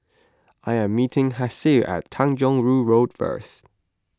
I am meeting Hassie at Tanjong Rhu Road first